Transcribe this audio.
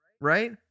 right